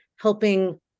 helping